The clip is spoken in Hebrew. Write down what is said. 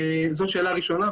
זו שאלה ראשונה.